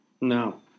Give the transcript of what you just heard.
No